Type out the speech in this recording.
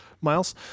Miles